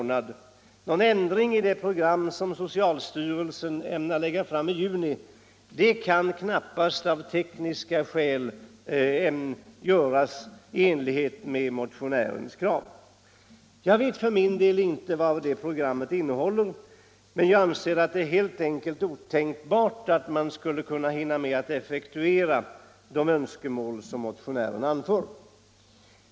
Någon ändring av det program som socialstyrelsen ämnar lägga fram i juni kan knappast av tekniska skäl göras i enlighet med kravet i motionen 1272, vilket följts upp i reservationen 2. Jag vet för min del inte vad programmet kommer att innehålla, men jag anser att det helt enkelt är otänkbart att man skulle kunna hinna med att effektuera de önskemål som motionären fört fram.